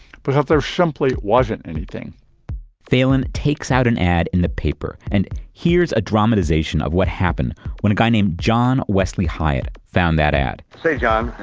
but there simply wasn't anything phelan takes out an ad in the paper, and here's a dramatization of what happened when a guy named john wesley hyatt found that ad say, john?